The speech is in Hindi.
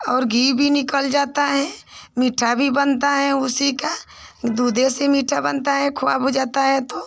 और घी भी निकल जाता है मीठा भी बनता है उसी का दूधे से मीठा बनता है खोआ भुँजाता है तो